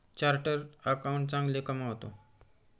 chartered accountant चांगले कमावतो